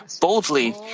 boldly